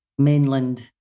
mainland